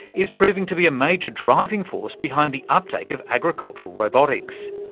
is proving to be a major driving force behind the uptake of agricultural robotics.